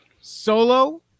Solo